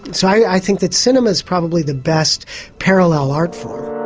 so i think that cinema's probably the best parallel art form.